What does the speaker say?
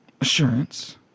assurance